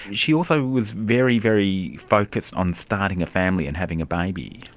she also was very, very focused on starting a family and having a baby.